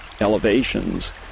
elevations